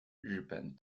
日本